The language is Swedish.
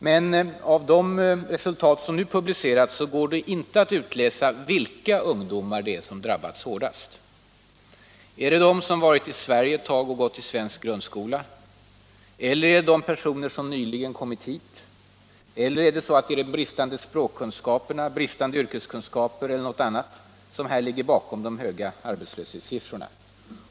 Men av de resultat som nu publicerats går det inte att utläsa vilka ungdomar som drabbats hårdast. Är det de som har varit i Sverige ett tag och gått i svensk grundskola? Eller är det personer som nyligen kommit hit? Är det bristande språkkunskaper, bristande yrkeskunskaper eller någonting annat som ligger bakom de höga arbetslöshetssiffrorna?